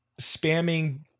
spamming